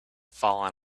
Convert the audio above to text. fallen